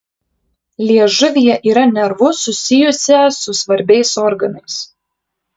liežuvyje yra nervų susijusią su svarbiais organais